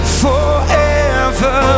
forever